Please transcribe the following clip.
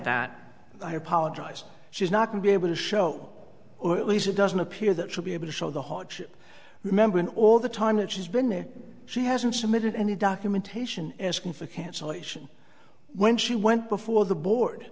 that i apologized she's not going be able to show or at least it doesn't appear that should be able to show the hardship remembering all the time that she's been there she hasn't submitted any documentation asking for cancellation when she went before the board